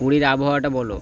পুরীর আবহাওয়াটা বলো